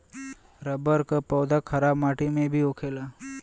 rubber क पौधा खराब माटी में भी होखेला